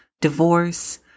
divorce